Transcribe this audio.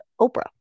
Oprah